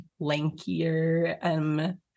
lankier